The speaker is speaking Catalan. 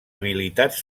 habilitats